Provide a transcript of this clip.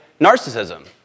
narcissism